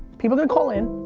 people are call in,